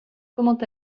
comment